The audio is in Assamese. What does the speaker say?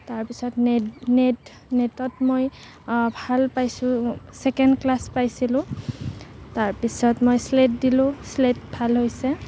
তাৰপিছত নেট নেট নেটত মই ভাল পাইছোঁ ছেকেণ্ড ক্লাছ পাইছিলোঁ তাৰপিছত মই শ্লেট দিলোঁ শ্লেট ভাল হৈছে